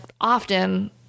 often